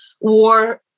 war